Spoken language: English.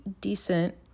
decent